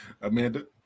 Amanda